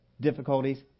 difficulties